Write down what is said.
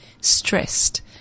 stressed